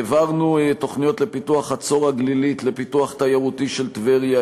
העברנו תוכניות לפיתוח חצור-הגלילית ולפיתוח תיירותי של טבריה,